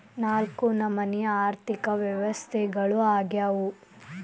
ನಾಲ್ಕು ನಮನಿ ಆರ್ಥಿಕ ವ್ಯವಸ್ಥೆಗಳು ಯಾವ್ಯಾವು?